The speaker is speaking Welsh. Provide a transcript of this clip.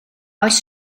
oes